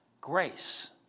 Grace